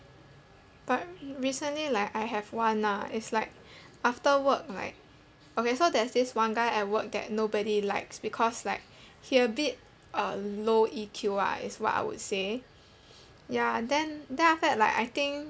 but recently like I have one lah is like after work like okay so there's this one guy at work that nobody likes because like he a bit uh low E_Q ah is what I would say ya then then after that like I think